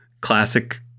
Classic